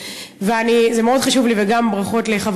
ואני גם ככה מלווה גם את "איגי" וגם את חוש"ן,